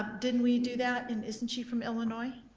didn't we do that and isn't she from illinois?